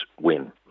win